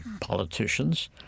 politicians